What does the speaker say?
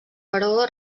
però